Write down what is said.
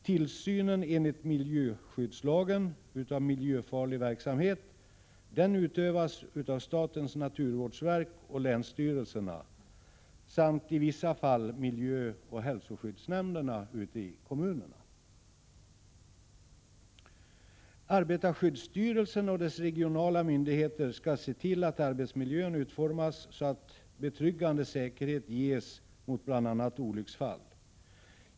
Tillsynen enligt miljöskyddslagen av miljöfarlig verksamhet utövas av statens naturvårdsverk och länsstyrelserna samt, i vissa fall, Arbetarskyddsstyrelsen och dess regionala myndigheter skall se till att arbetsmiljön utformas så att betryggande säkerhet ges mot bl.a. olycksfall.